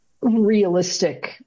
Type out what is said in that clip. realistic